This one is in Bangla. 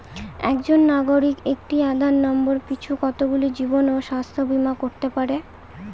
একজন নাগরিক একটি আধার নম্বর পিছু কতগুলি জীবন ও স্বাস্থ্য বীমা করতে পারে?